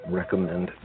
recommend